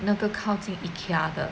那个靠近 Ikea 的